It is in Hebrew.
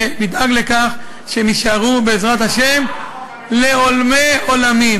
ונדאג לכך שהן יישארו, בעזרת השם, ולעבור על החוק